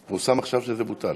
אז פורסם עכשיו שזה בוטל.